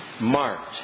Marked